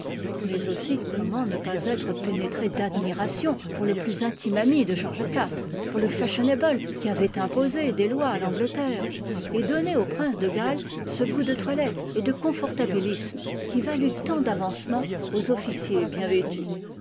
mais aussi comment ne pas être pénétré d'admiration pour le plus intime ami de georgeiv pour le fashionable qui avait imposé des lois à l'angleterre et donné au prince de galles ce goût de toilette et de confortahilisme qui valut tant d'avancement aux officiers bien vêtus